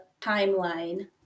timeline